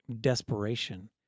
desperation